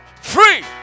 Free